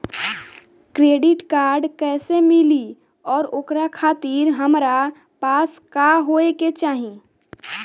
Credit card कैसे मिली और ओकरा खातिर हमरा पास का होए के चाहि?